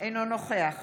אינו נוכח